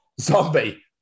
Zombie